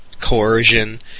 coercion